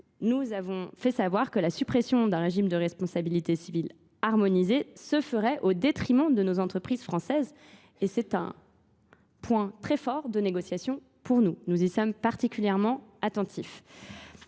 nous avons fait savoir que la suppression d'un régime de responsabilité civile harmonisé se ferait au détriment de nos entreprises françaises et c'est un point très fort de négociation pour nous. Nous y sommes particulièrement attentifs.